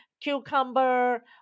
cucumber